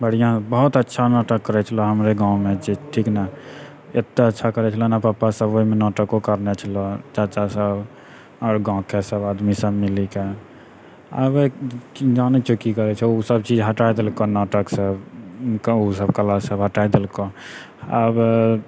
बढ़िआँ बहुत अच्छा नाटक करै छलऽ हमरे गाँवमे जे ठीक ने एते अच्छा करै छलऽ ने पप्पा सब ओहिमे नाटको करने छलऽ हँ चाचासब आओर गाँवके सब आदमी सब मिलिके आबै जानै छऽ की करै छै ओ सब चीज हटा देलकऽ नाटक सब हुनका ओसब कला सब हटा देलकऽ आब